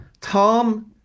Tom